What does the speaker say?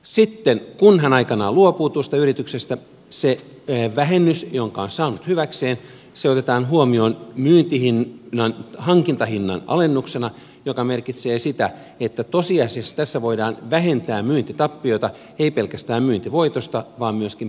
sitten kun hän aikanaan luopuu tuosta yrityksestä se vähennys jonka hän on saanut hyväkseen otetaan huomioon hankintahinnan alennuksena mikä merkitsee sitä että tosiasiassa tässä voidaan vähentää myyntitappiota ei pelkästään myyntivoitosta vaan myöskin pääomatulosta